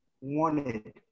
wanted